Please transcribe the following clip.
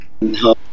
No